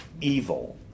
evil